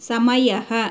समयः